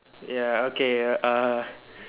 ya okay err